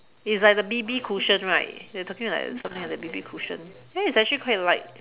it's like the B_B cushion right you're talking like something like the B_B cushion ya it's actually quite light